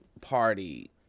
party